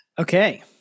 Okay